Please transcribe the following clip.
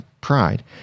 pride